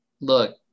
Look